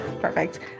Perfect